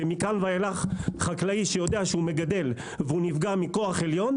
שמכאן ואילך חקלאי שהוא יודע שהוא מגדל והוא נפגע מכוח עליון,